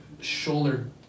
shoulder